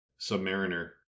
Submariner